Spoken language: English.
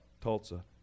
Tulsa